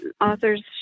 authors